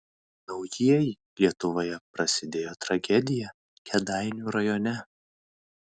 naujieji lietuvoje prasidėjo tragedija kėdainių rajone